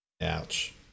Ouch